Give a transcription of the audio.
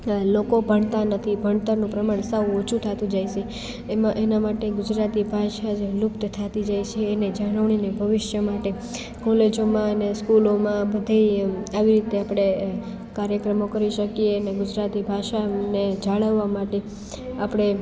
લોકો ભણતા નથી ભણતરનું પ્રમાણ સાવ ઓછું થતું જાય છે એમાં એના માટે ગુજરાતી ભાષા જે લુપ્ત થાતી જાય છે એને જાળવણીને ભવિષ્ય માટે કોલેજોમાંને સ્કૂલોમાં બધેય એમ આવી રીતે આપણે કાર્યક્રમો કરી શકીએને ગુજરાતી ભાષાને જાળવવા માટે આપણે